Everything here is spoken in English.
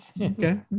Okay